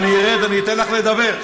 אני ארד, אני אתן לך לדבר.